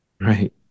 Right